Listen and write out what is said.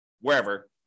wherever